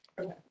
Okay